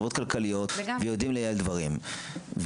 חברות כלכליות ויודעים לייעל דברים.